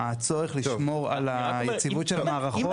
הצורך לשמור על היציבות של המערכות,